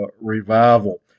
revival